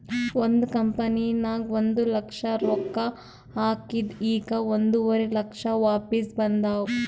ಒಂದ್ ಕಂಪನಿನಾಗ್ ಒಂದ್ ಲಕ್ಷ ರೊಕ್ಕಾ ಹಾಕಿದ್ ಈಗ್ ಒಂದುವರಿ ಲಕ್ಷ ವಾಪಿಸ್ ಬಂದಾವ್